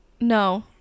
No